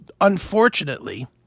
unfortunately